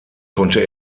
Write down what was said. konnte